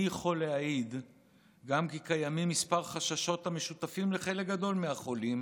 אני יכול להעיד גם כי קיימים כמה חששות המשותפים לחלק גדול מהחולים,